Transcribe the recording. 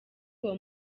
uwo